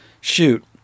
Shoot